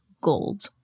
gold